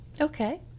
Okay